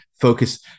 focus